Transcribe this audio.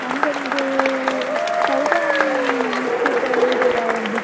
ನಮಗೊಂದು thousand people ಇರುವ ಹಾಗೆ